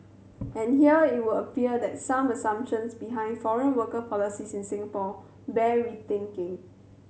and here it would appear that some assumptions behind foreign worker policies in Singapore bear rethinking